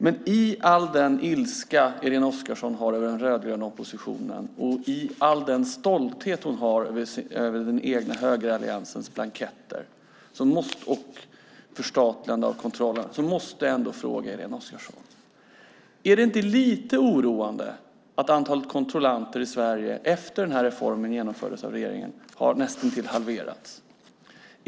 Mitt i all den ilska Irene Oskarsson känner mot den rödgröna oppositionen och den stolthet hon känner över den egna högeralliansens blanketter och förstatligande av kontrollen måste jag fråga: Är det inte lite oroande att antalet kontrollanter i Sverige näst intill har halverats efter det att reformen genomfördes av regeringen?